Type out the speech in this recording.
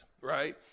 right